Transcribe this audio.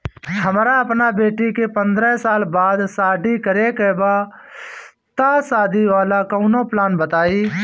हमरा अपना बेटी के पंद्रह साल बाद शादी करे के बा त शादी वाला कऊनो प्लान बताई?